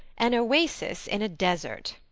an oasis in a desert.